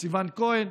את סיוון כהן,